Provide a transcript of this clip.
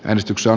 äänestyksen